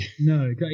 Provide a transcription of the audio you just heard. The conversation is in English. No